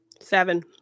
Seven